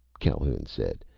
calhoun said,